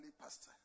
pastor